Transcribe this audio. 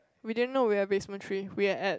we didn't know we were at basement three we were at